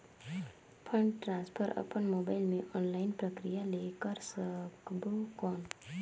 Fund transfer अपन mobile मे online प्रक्रिया ले कर सकबो कौन?